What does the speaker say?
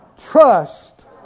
trust